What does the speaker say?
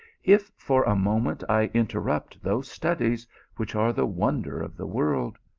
if for a moment i interrupt those studies which are the wonder of the world.